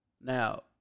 Now